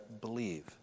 believe